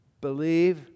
believe